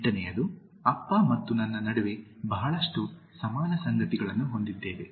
8 ಅಪ್ಪ ಮತ್ತು ನನ್ನ ನಡುವೆ ಬಹಳಷ್ಟು ಸಮಾನ ಸಂಗತಿಗಳನ್ನು ಹೊಂದಿದ್ದೇವೆ